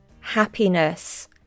happiness